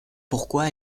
pourquoi